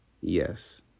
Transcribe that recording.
yes